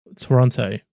Toronto